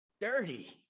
dirty